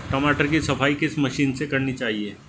टमाटर की सफाई किस मशीन से करनी चाहिए?